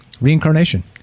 reincarnation